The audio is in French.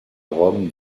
rome